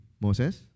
Moses